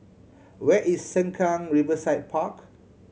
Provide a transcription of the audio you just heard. where is Sengkang Riverside Park